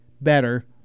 better